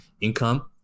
income